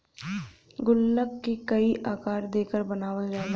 गुल्लक क कई आकार देकर बनावल जाला